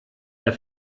der